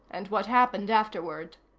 and what happened afterward.